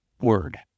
word